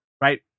right